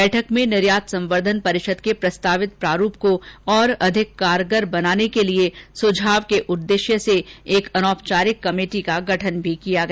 बैठक में निर्यात संवर्द्वन परिषद के प्रस्तावित प्रारूप को और अधिक कारगर बनाने के लिए सुझाव के उददेश्य से एक अनौपचारिक कमेटी का भी गठन किया गया